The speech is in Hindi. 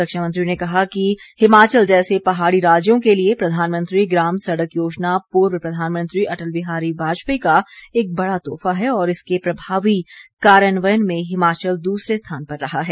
रक्षा मंत्री ने कहा कि हिमाचल जैसे पहाड़ी राज्यों के लिए प्रधानमंत्री ग्राम सड़क योजना पूर्व प्रधानमंत्री अटल बिहारी वाजपेयी का एक बड़ा तोहफा है और इसके प्रभावी कार्यान्वयन में हिमाचल दूसरे स्थान पर रहा है